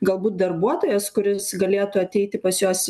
galbūt darbuotojas kuris galėtų ateiti pas juos